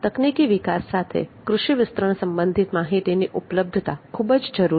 તકનીકી વિકાસ સાથે કૃષિ વિસ્તરણ સંબંધિત માહિતીની ઉપલબ્ધતાં ખૂબ જ જરૂરી છે